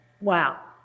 Wow